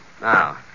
Now